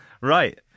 Right